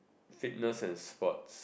fitness and sports